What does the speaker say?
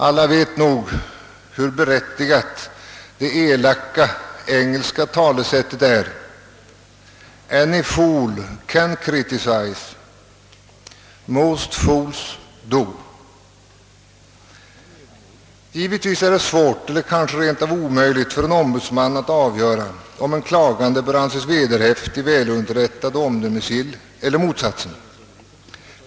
Alla vet väl hur berättigat det elaka engelska talesättet är: »Any fool can criticize. Most fools do.» Givetvis är det svårt eller kanske rent av omöjligt för en ombudsman att avgöra om en klagande bör anses vederhäftig, välunderrättad och omdömesgill eller motsatsen.